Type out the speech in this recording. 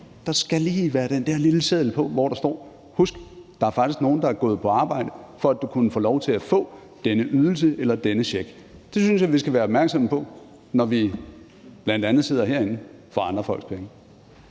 lige skal være den der lille seddel på, hvor der står: Husk, at der faktisk er nogle, der er gået på arbejde, for at du kunne få lov til at få denne ydelse eller denne check. Det synes jeg vi skal være opmærksomme på, bl.a. også os, sidder herinde for andre folks penge.